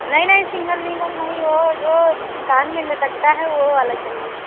नहीं नहीं सिंगल निंगल नहीं वो जो कान में लटकता है वो वाला चाहिए